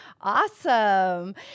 Awesome